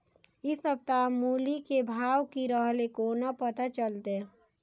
इ सप्ताह मूली के भाव की रहले कोना पता चलते?